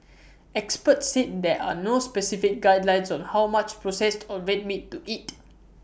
experts said there are no specific guidelines on how much processed or red meat to eat